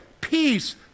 peace